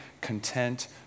content